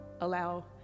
allow